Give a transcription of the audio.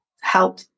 help